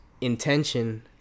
intention